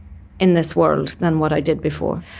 in this world than what i did before.